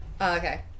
Okay